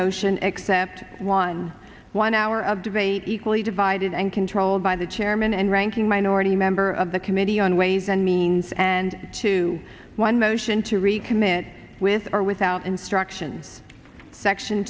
motion except one one hour of debate equally divided and controlled by the chairman and ranking minority member of the committee on ways and means and two one motion to recommit with or without instruction section